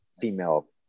female